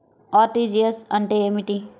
RTGS అంటే ఏమిటి?